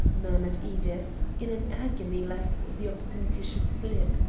murmured edith, in an agony lest the opportunity should slip.